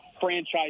franchise